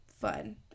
fun